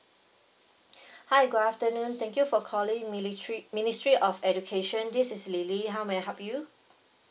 hi good afternoon thank you for calling military ministry of education this is lily how may I help you